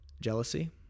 jealousy